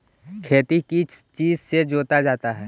खेती किस चीज से जोता जाता है?